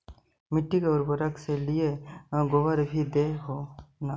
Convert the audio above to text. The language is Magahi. मिट्टी के उर्बरक के लिये गोबर भी दे हो न?